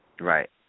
Right